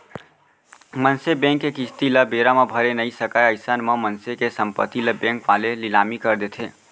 मनसे बेंक के किस्ती ल बेरा म भरे नइ सकय अइसन म मनसे के संपत्ति ल बेंक वाले लिलामी कर देथे